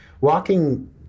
walking